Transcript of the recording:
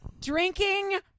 drinking